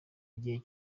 igihe